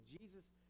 Jesus